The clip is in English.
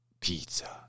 pizza